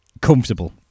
comfortable